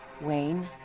Wayne